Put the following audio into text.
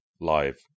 live